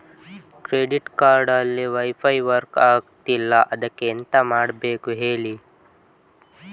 credit card ಅಲ್ಲಿ wifi work ಆಗ್ತಿಲ್ಲ ಅದ್ಕೆ ಎಂತ ಮಾಡಬೇಕು ಹೇಳಿ